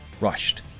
rushed